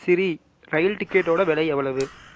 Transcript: சிரி rail டிக்கெட்டோடய விலை எவ்வளவு